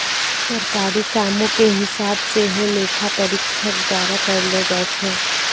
सरकारी कामो के हिसाब सेहो लेखा परीक्षक द्वारा करलो जाय छै